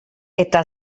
eta